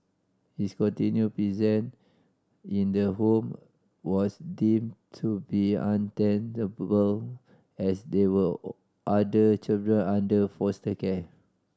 his continue present in the home was deem to be untenable as there were other children under foster care